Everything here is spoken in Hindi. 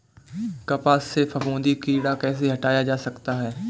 कपास से फफूंदी कीड़ा कैसे हटाया जा सकता है?